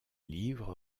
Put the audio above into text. livre